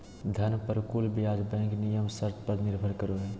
धन पर कुल ब्याज बैंक नियम शर्त पर निर्भर करो हइ